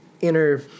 inner